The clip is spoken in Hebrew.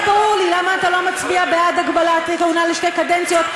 לא ברור לי למה אתה לא מצביע בעד הגבלת הכהונה לשתי קדנציות,